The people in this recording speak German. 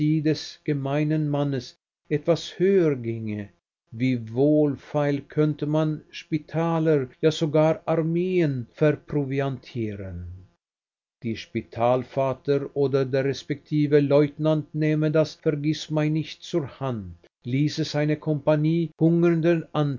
des gemeinen mannes etwas höher ginge wie wohlfeil könnte man spitäler ja sogar armeen verproviantieren der spitalvater oder der respektive leutnant nähme das vergißmeinnicht zur hand ließe seine kompanie hungernder